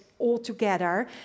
altogether